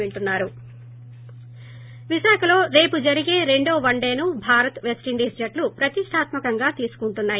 break విశాఖలో రేపు జరిగే రెండో వన్లేను భారత్ పెస్లిండీస్ జట్లు ప్రతిష్టాత్మ కంగా తీసుకుంటున్నాయి